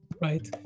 Right